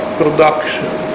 production